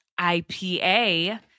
IPA